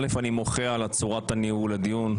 ראשית אני מוחה על צורת ניהול הדיון.